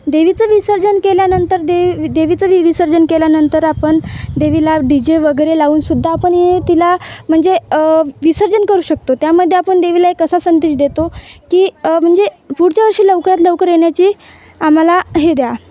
देवीचं विसर्जन केल्यानंतर दे देवीचं वि विसर्जन केल्यानंतर आपण देवीला डी जे वगैरे लावूनसुद्धा आपण हे तिला म्हणजे विसर्जन करू शकतो त्यामध्ये आपण देवीला एक असा संदेश देतो की म्हणजे पुढच्या वर्षी लवकरात लवकर येण्याची आम्हाला हे द्या